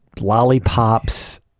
lollipops